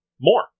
more